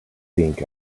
think